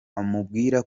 amubwira